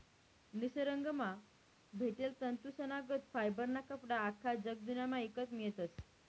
निसरगंमा भेटेल तंतूसनागत फायबरना कपडा आख्खा जगदुन्यामा ईकत मियतस